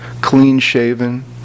clean-shaven